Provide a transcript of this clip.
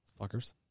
Fuckers